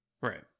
Right